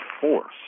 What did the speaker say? force